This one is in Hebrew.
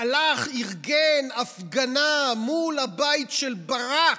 הלך, ארגן הפגנה מול הבית של ברק,